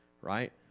Right